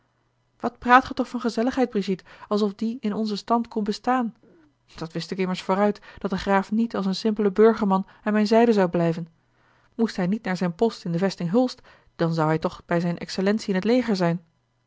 wat praat gij toch van gezelligheid brigitte alsof die in onzen stand kon bestaan dat wist ik immers vooruit dat de graaf niet als een simpele burgerman aan mijne zijde zou blijven moest hij niet naar zijn post in de vesting hulst dan zou hij toch bij zijne excellentie in t leger zijn